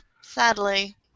sadly